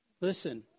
Listen